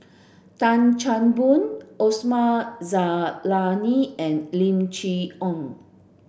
Tan Chan Boon Osman Zailani and Lim Chee Onn